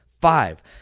Five